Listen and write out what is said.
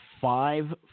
five